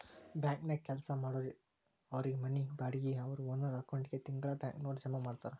ಬ್ಯಾಂಕನ್ಯಾಗ್ ಕೆಲ್ಸಾ ಮಾಡೊರಿಗೆ ಅವ್ರ್ ಮನಿ ಬಾಡ್ಗಿ ಅವ್ರ್ ಓನರ್ ಅಕೌಂಟಿಗೆ ತಿಂಗ್ಳಾ ಬ್ಯಾಂಕ್ನವ್ರ ಜಮಾ ಮಾಡ್ತಾರ